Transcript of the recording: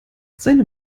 seine